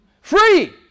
Free